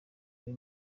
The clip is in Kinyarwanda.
ari